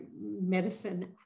medicine